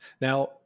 Now